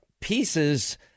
pieces